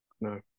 no